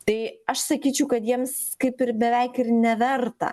tai aš sakyčiau kad jiems kaip ir beveik ir neverta